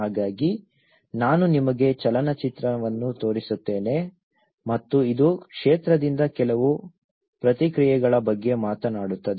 ಹಾಗಾಗಿ ನಾನು ನಿಮಗೆ ಚಲನಚಿತ್ರವನ್ನು ತೋರಿಸುತ್ತೇನೆ ಮತ್ತು ಇದು ಕ್ಷೇತ್ರದಿಂದ ಕೆಲವು ಪ್ರತಿಕ್ರಿಯೆಗಳ ಬಗ್ಗೆ ಮಾತನಾಡುತ್ತದೆ